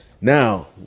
Now